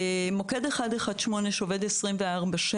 מוקד 118, שעובד 24/7,